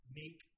make